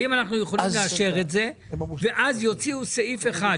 האם אנחנו יכולים לאשר את זה ואז יוציאו סעיף אחד,